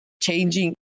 changing